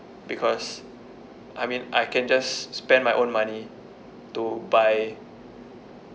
because I mean I can just spend my own money to buy